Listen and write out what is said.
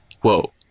whoa